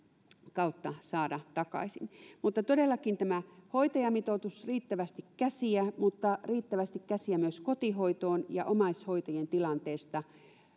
kautta saada takaisin mutta todellakin tämä hoitajamitoitus riittävästi käsiä mutta riittävästi käsiä myös kotihoitoon ja omaishoitajien tilanteesta